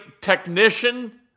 technician